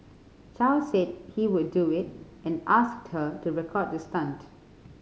Chow said he would do it and asked her to record the stunt